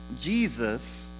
Jesus